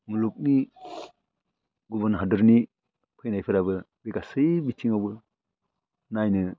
मुलुगनि गुबुन हादोरनि फैनायफ्राबो गासै बिथिङावबो नायनो